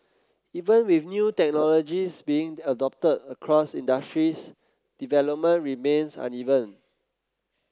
even with new technologies being adopted across industries development remains uneven